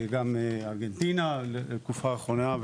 גם ארגנטינה בתקופה האחרונה.